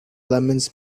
lemons